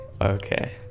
Okay